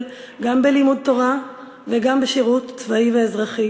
גם בלימוד תורה וגם בשירות צבאי ואזרחי